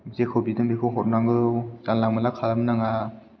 जेखौ बिदों बेखौ हरनांगौ जानला मोनला खालामनो नाङा